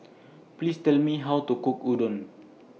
Please Tell Me How to Cook Udon